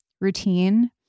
routine